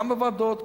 גם בוועדות,